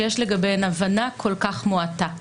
שיש לגביהן הבנה כל כך מועטה.